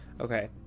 Okay